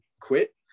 quit